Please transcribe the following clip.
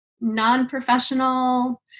non-professional